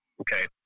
Okay